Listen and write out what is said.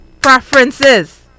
preferences